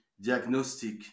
diagnostic